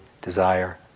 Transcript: desire